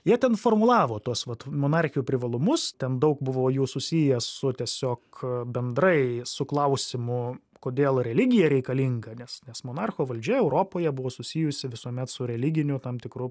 jie ten formulavo tuos vat monarchijų privalumus ten daug buvo jų susijęs su tiesiog bendrai su klausimu kodėl religija reikalinga nes nes monarcho valdžia europoje buvo susijusi visuomet su religiniu tam tikru